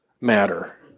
matter